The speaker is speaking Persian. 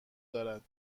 دارد